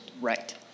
right